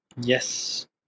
Yes